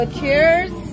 cheers